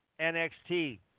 NXT